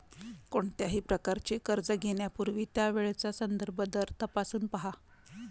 कोणत्याही प्रकारचे कर्ज घेण्यापूर्वी त्यावेळचा संदर्भ दर तपासून पहा